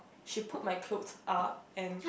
she pulled my clothes up and